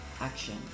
action